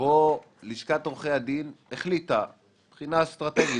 בו לשכת עורכי הדין החליטה מבחינה אסטרטגית,